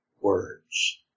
words